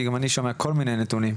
כי גם אני שומע כל מיני נתונים.